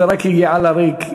זה רק יהיה על הריק.